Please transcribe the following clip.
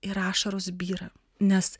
ir ašaros byra nes